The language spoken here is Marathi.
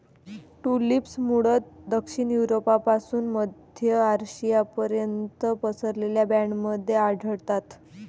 ट्यूलिप्स मूळतः दक्षिण युरोपपासून मध्य आशियापर्यंत पसरलेल्या बँडमध्ये आढळतात